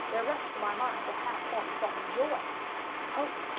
there rushed to my mind a half formed thought of joy of hope.